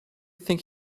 think